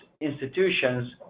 institutions